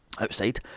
Outside